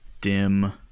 dim